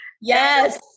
Yes